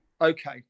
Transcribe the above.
Okay